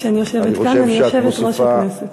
כשאני יושבת כאן אני יושבת-ראש הכנסת.